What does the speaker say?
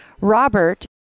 Robert